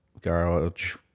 garage